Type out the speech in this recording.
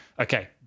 okay